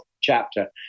chapter